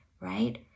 right